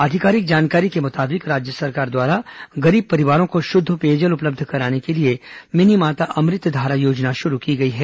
आधिकारिक जानकारी के मुताबिक राज्य सरकार द्वारा बीपीएल परिवारों को शुद्ध पेयजल उपलब्ध कराने के लिए मिनीमाता अमृत धारा योजना शुरू की गई है